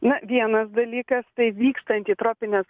na vienas dalykas tai vykstant į tropines